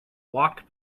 walked